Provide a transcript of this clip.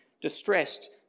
distressed